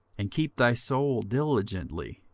and keep thy soul diligently,